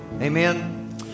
Amen